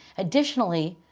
additionally,